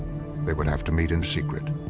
they would have to meet in secret.